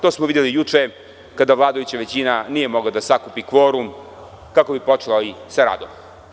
To smo videli juče kada vladajuća većina nije mogla da sakupi kvorum kako bi počela sa radom.